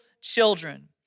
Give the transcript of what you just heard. children